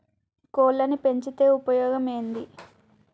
కోళ్లని పెంచితే ఉపయోగం ఏంది?